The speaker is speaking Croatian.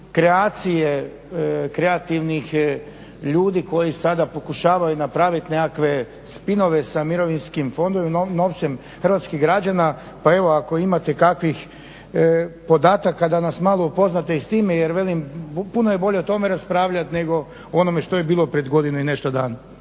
kreacije kreativnih ljudi koji sada pokušavaju napraviti nekakve spinove sa mirovinskim fondovima, novcem hrvatskih građana pa evo ako imate kakvih podataka da nas malo upoznate i s time jer velim, puno je bolje o tome raspravljat nego o onome što je bilo prije godinu i nešto dana.